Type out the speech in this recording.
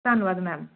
ਧੰਨਵਾਦ ਮੈਮ